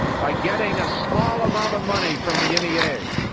by getting a small amount of money from the n e a,